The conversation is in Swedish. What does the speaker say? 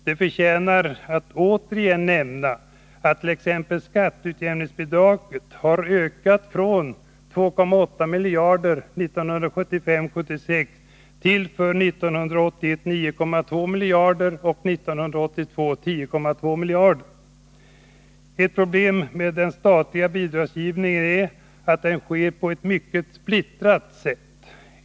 Det förtjänar att återigen nämnas att t.ex. skatteutjämningsbidraget har ökat från 2,8 miljarder 1975 81 och till 10,2 miljarder för 1981/82. Ett problem med den statliga bidragsgivningen är att den sker på ett mycket splittrat sätt.